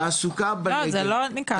זה לא נקרא טיפול.